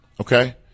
Okay